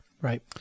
Right